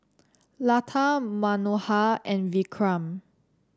Lata Manohar and Vikram